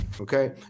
Okay